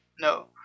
No